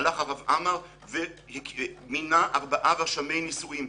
הלך הרב עמר ומינה ארבעה רשמי נישואין,